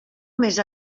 més